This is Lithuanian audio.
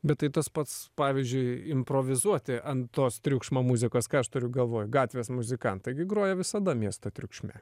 bet tai tas pats pavyzdžiui improvizuoti ant tos triukšmo muzikos ką aš turiu galvoj gatvės muzikantai gi groja visada miesto triukšme